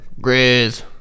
Grizz